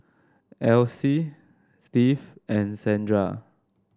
Else Steve and Zandra